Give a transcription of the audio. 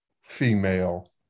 female